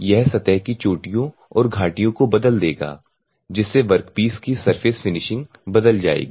यह सतह की चोटियों और घाटियों को बदल देगा जिससे वर्कपीस की सरफेस फिनिशिंग बदल जाएगी